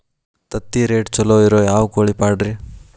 ತತ್ತಿರೇಟ್ ಛಲೋ ಇರೋ ಯಾವ್ ಕೋಳಿ ಪಾಡ್ರೇ?